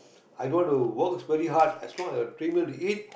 i don't want to work very hard as long as I have three meal to eat